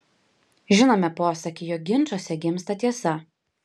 žinome posakį jog ginčuose gimsta tiesa